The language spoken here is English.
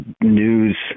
news